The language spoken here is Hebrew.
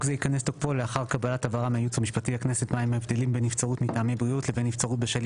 הצבעה